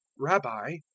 rabbi,